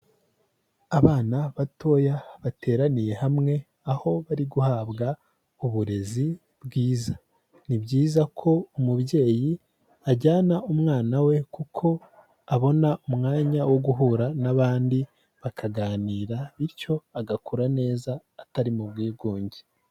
Abana batoya bateraniye hamwe aho bari guhabwa uburezi bwiza, ni byiza ko umubyeyi ajyana umwana we kuko abona umwanya wo guhura n'abandi bakaganira bityo agakura neza atari mu bwigunge.